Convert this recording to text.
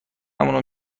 مون